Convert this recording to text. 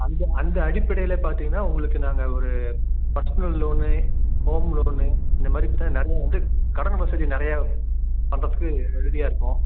அந்த அந்த அடிப்படையில் பார்த்தீங்கன்னா உங்களுக்கு நாங்கள் ஒரு பர்சனல் லோன்னு ஹோம் லோன்னு இந்த மாதிரி சார் நிறையா வந்து கடன் வசதி நிறையா பண்ணுறதுக்கு ரெடியாக இருக்கோம்